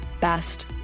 best